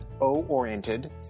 O-Oriented